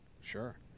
sure